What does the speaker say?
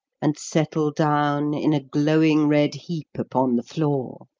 and settle down in a glowing red heap upon the floor